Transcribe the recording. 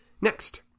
next